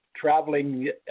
traveling